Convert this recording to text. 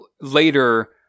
later